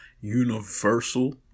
universal